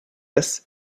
est